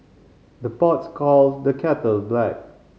the pots calls the kettle black